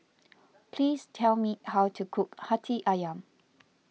please tell me how to cook Hati Ayam